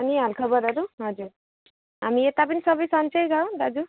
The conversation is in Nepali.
अनि हालखबरहरू हजुर हामी यता पनि सबै सन्चै छ दाजु